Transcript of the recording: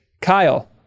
kyle